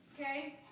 Okay